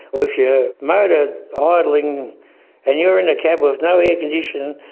with your motor ah idling and you're in a cab with no air conditioning,